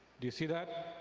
do you see that?